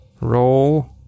Roll